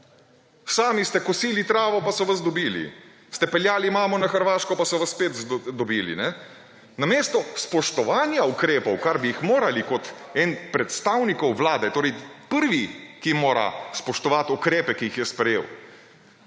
sami ste kosili travo, pa so vas dobili, ste peljali mamo na Hrvaško, pa so vas spet dobili. Namesto spoštovanja ukrepov, kar bi jih morali kot en od predstavnikov vlade – torej prvi, ki mora spoštovati ukrepe, ki jih je sprejel